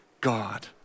God